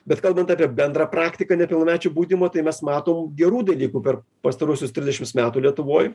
bet kalbant apie bendrą praktiką nepilnamečių baudimo tai mes matom gerų dalykų per pastaruosius trisdešims metų lietuvoj